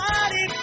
Body